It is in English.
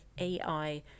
AI